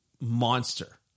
monster